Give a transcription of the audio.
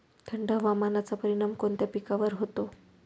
थंड हवामानाचा परिणाम कोणत्या पिकावर होतो?